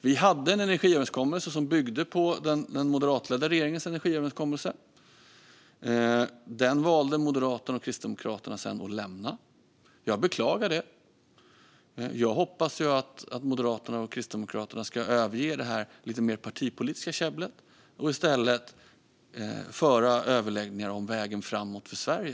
Vi hade en energiöverenskommelse som byggde på den moderatledda regeringens energiöverenskommelse, men den valde Moderaterna och Kristdemokraterna sedan att lämna. Jag beklagar det. Jag hoppas ju att Moderaterna och Kristdemokraterna ska överge det lite mer partipolitiska käbblet och i stället föra överläggningar om vägen framåt för Sverige.